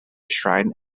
shrine